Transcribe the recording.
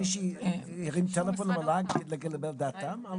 מישהו הרים טלפון למל"ג לקבל את דעתם?